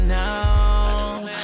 now